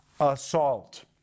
assault